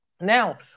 Now